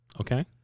Okay